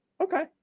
Okay